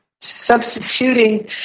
substituting